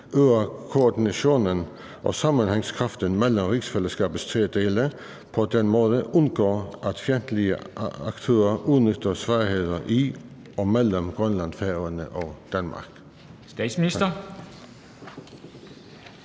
øger koordinationen og sammenhængskraften mellem rigsfællesskabets tre dele og på den måde undgår, at fjendtlige aktører udnytter svagheder i og mellem Grønland, Færøerne og Danmark?